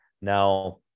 Now